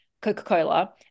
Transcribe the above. coca-cola